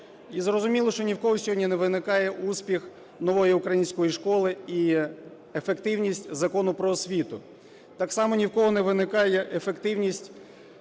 І зрозуміло, що ні в кого сьогодні не виникає успіх "Нової української школи" і ефективність Закону "Про освіту". Так само ні в кого не виникає ефективність